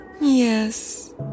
Yes